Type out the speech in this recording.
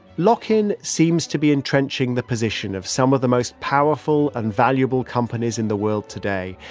lock-in seems to be entrenching the position of some of the most powerful and valuable companies in the world today,